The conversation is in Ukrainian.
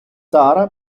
тара